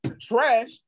trash